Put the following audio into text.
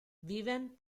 viven